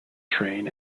train